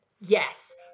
Yes